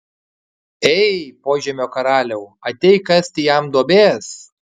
ei požemio karaliau ateik kasti jam duobės